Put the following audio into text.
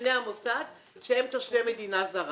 בפני המוסד שהם תושבי מדינה זרה.